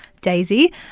Daisy